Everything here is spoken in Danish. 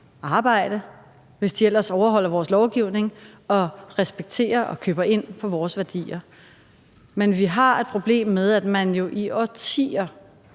arbejde, hvis de ellers overholder vores lovgivning og respekterer og køber ind på vores værdier. Men vi har et problem med, at man i årtier